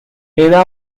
era